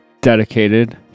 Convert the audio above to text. dedicated